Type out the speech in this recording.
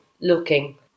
looking